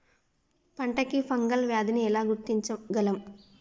పంట కి ఫంగల్ వ్యాధి ని ఎలా గుర్తించగలం?